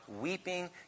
weeping